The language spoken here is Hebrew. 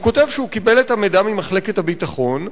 הוא כותב שהוא קיבל את המידע ממחלקת הביטחון,